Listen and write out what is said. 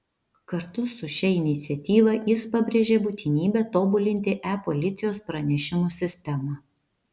kartu su šia iniciatyva jis pabrėžia būtinybę tobulinti e policijos pranešimų sistemą